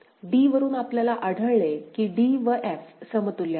d वरून आपल्याला आढळले की d व f समतुल्य आहेत